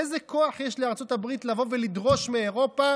איזה כוח יש לארצות הברית לבוא ולדרוש מאירופה